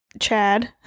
Chad